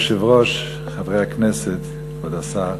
אדוני היושב-ראש, חברי הכנסת, כבוד השר,